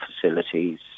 facilities